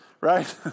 right